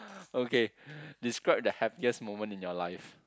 okay describe the happiest moment in your life